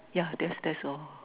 yeah that's that's all